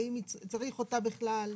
האם צריך אותה בכלל,